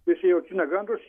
prisijaukina gandrus